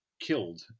killed